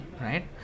right